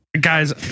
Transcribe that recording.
Guys